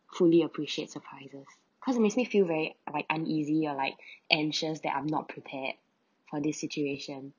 fully appreciate surprises because it makes me feel very like uneasy you are like anxious that I'm not prepared for this situation